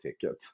ticket